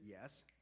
Yes